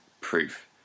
proof